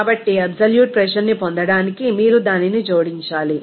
కాబట్టి absolute pressure ని పొందడానికి మీరు దానిని జోడించాలి